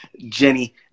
Jenny